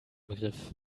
begriff